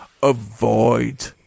avoid